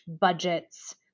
budgets